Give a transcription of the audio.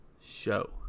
Show